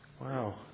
Wow